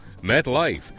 MetLife